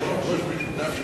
שבכתב.